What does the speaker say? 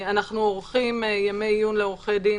אנחנו עורכים ימי עיון לעורכי דין,